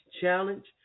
challenge